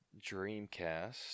Dreamcast